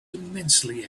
immensely